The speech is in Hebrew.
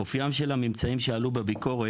אופיים של הממצאים שעלו בביקורת,